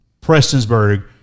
Prestonsburg